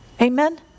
Amen